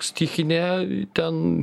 stichinė ten